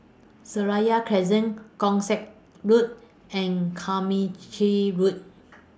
Seraya Crescent Keong Saik Road and Carmichael Road